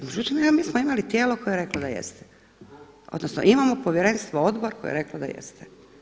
Međutim mi smo imali tijelo koje je reklo da jeste odnosno imamo Povjerenstvo, Odbor koji je reklo da jeste.